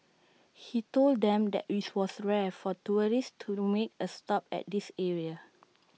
he told them that IT was rare for tourists to make A stop at this area